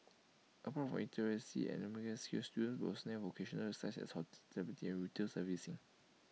apart from literacy and numeracy skills students will also learn vocational skills such as hospitality and retail everything